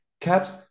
Cat